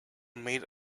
made